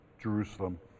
Jerusalem